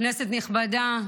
כנסת נכבדה,